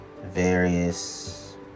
various